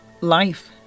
life